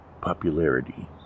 popularity